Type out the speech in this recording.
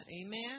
amen